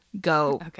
go